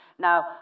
Now